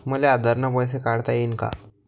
मले आधार न पैसे काढता येईन का?